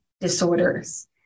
disorders